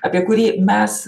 apie kurį mes